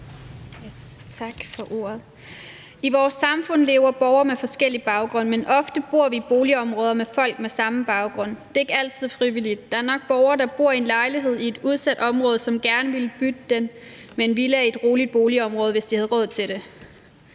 I vores samfund lever borgere med forskellige baggrunde, men ofte bor vi i boligområder med folk med samme baggrund. Det er ikke altid frivilligt. Der er nok borgere, der bor i en lejlighed i et udsat område, som gerne ville bytte den med en villa i et roligt boligområde, hvis de havde råd til det.